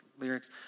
lyrics